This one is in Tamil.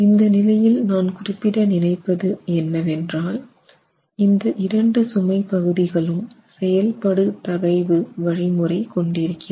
இந்த நிலையில் நான் குறிப்பிட நினைப்பது என்னவென்றால் இந்த இரண்டு சுமை பகுதிகளும் செயல்படுதகைவு வழிமுறை கொண்டிருக்கிறது